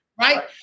right